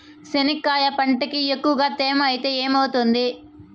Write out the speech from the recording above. చెనక్కాయ పంటకి ఎక్కువగా తేమ ఐతే ఏమవుతుంది?